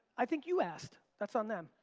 i think you asked. that's on them.